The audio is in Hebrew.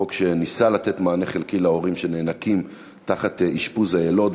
חוק שניסה לתת מענה חלקי להורים שנאנקים תחת אשפוז היילוד,